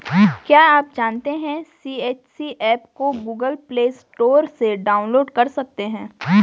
क्या आप जानते है सी.एच.सी एप को गूगल प्ले स्टोर से डाउनलोड कर सकते है?